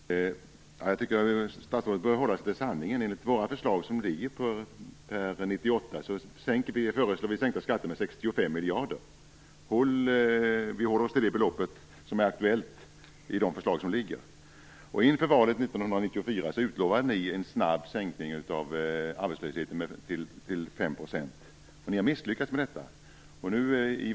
Herr talman! Jag tycker att statsrådet bör hålla sig till sanningen. Våra förslag går ut på att sänka skatter med 65 miljarder. Vi håller oss till det belopp som är aktuellt i de förslag som ligger. Inför valet 1994 utlovade ni en snabb sänkning av arbetslösheten till 5 %. Ni har misslyckats med det.